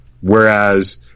Whereas